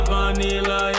Vanilla